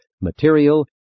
material